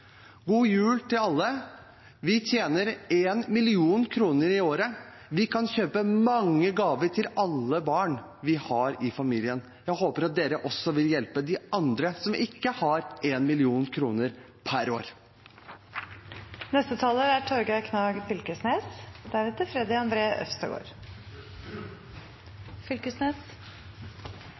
God jul til alle! Vi tjener 1 mill. kr i året. Vi kan kjøpe mange gaver til alle de barna vi har i familien. Jeg håper at man også vil hjelpe de andre, som ikke har 1 mill. kr per